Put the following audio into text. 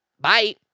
Bye